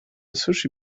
sushi